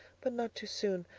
but not too soon.